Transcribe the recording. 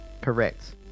Correct